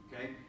okay